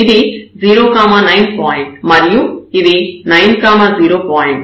ఇది 0 9 పాయింట్ మరియు ఇది 9 0 పాయింట్